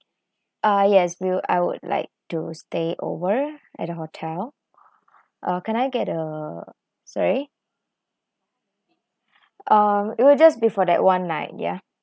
uh yes we'll I would like to stay over at the hotel uh can I get a sorry um it will just before that one night ya